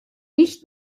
nicht